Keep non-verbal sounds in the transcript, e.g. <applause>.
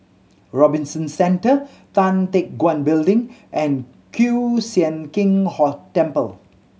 Robinson Centre Tan Teck Guan Building and Kiew Sian King <unintelligible> Temple